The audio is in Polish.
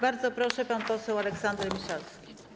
Bardzo proszę, pan poseł Aleksander Miszalski.